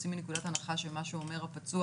שיוצאים מנקודת הנחה שמה שאומר הפצוע